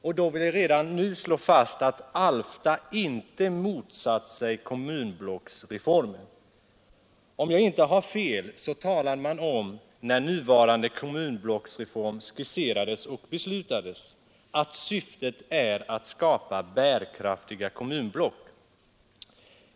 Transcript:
Och jag vill redan nu slå fast att Alfta inte motsatt sig kommunblocksreformen. Om jag inte har fel, talade man om, när nuvarande kommunblocks reform skisserades och beslutades, att syftet var att skapa bärkraftiga kommunblock.